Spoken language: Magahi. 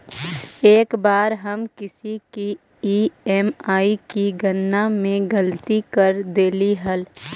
एक बार हम किसी की ई.एम.आई की गणना में गलती कर देली हल